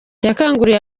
yakanguriye